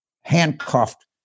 handcuffed